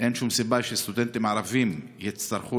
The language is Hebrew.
אין שום סיבה שסטודנטים ערבים יצטרכו